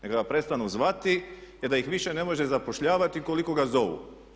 Neka ga prestanu zvati jer da ih više ne može zapošljavati koliko ga zovu.